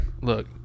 Look